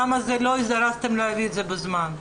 למה לא הזדרזתם להביא את זה בזמן?